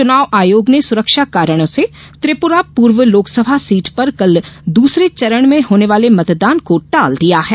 चुनाव आयोग ने सुरक्षा कारणों से त्रिपुरा पूर्व लोकसभा सीट पर कल दूसरे चरण में होने वाले मतदान को टाल दिया है